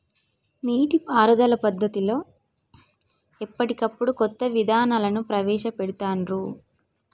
నీటి పారుదల పద్దతులలో ఎప్పటికప్పుడు కొత్త విధానాలను ప్రవేశ పెడుతాన్రు